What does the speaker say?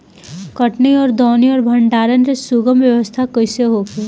कटनी और दौनी और भंडारण के सुगम व्यवस्था कईसे होखे?